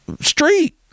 street